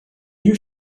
you